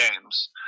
games